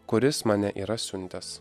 kuris mane yra siuntęs